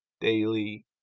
daily